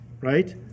right